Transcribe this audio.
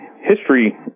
history